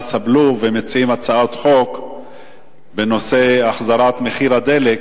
הבלו ומציעים הצעות חוק בנושא החזרת מחיר הדלק,